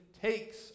takes